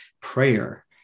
prayer